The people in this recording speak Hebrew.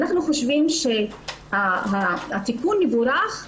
אנחנו חושבים שהתיקון מבורך,